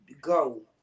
go